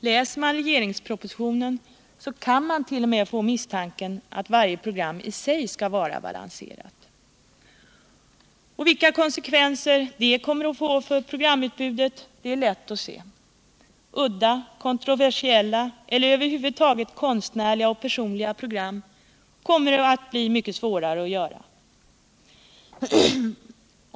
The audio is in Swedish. Läser man regeringspropositionen kan man t.o.m. få misstanken att varje program i sig skall vara balanserat. Vilka konsekvenser detta kommer att få för programutbudet är lätt att se. Udda, kontroversiella eller över huvud taget konstnärliga och personliga program kommer det att bli mycket svårare att göra.